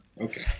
Okay